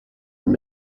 from